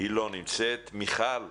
מיכל,